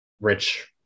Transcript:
rich